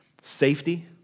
Safety